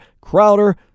Crowder